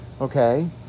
Okay